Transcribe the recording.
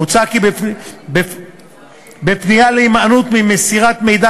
מוצע כי בפנייה להימנעות ממסירת מידע